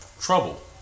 trouble